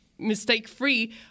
Mistake-free